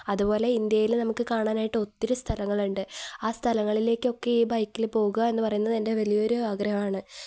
അതുപോലെ ഇന്ത്യയില് നമുക്കു കാണാനായിട്ട് ഒത്തിരി സ്ഥലങ്ങളുണ്ട് ആ സ്ഥലങ്ങളിലേക്കൊക്കെ ഈ ബൈക്കില് പോവുക എന്നു പറയുന്നത് എൻ്റെ വലിയൊരു ആഗ്രഹമാണ്